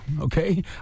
okay